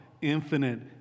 infinite